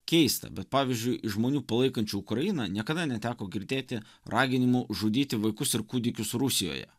keista bet pavyzdžiui iš žmonių palaikančių ukrainą niekada neteko girdėti raginimų žudyti vaikus ir kūdikius rusijoje